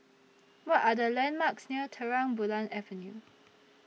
What Are The landmarks near Terang Bulan Avenue